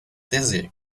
dizzy